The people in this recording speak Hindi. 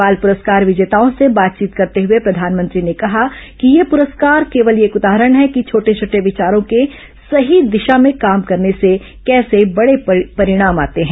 बाल पुरस्कार विजेताओं से बातचीत करते हए प्रधानमंत्री ने कहा कि ये पुरस्कार केवल एक उदाहरण है कि छोटे छोटे विचारों के सही दिशा में काम करने से कैसे बड़े परिणाम आते हैं